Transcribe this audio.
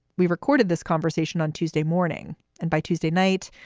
we recorded this conversation on tuesday morning and by tuesday night,